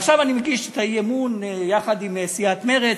עכשיו אני מגיש את האי-אמון יחד עם סיעת מרצ,